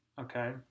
okay